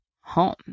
home